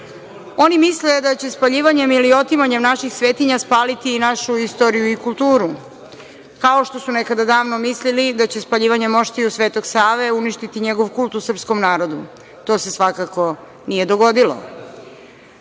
Oni misle da će spaljivanjem ili otimanjem naših svetinja spaliti i našu istoriju i kulturu, kao što su nekada davno mislili da će spaljivanjem moštiju Svetog Save uništiti njegov kult u srpskom narodu. To se svakako nije dogodilo. Danas